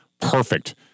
Perfect